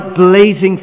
blazing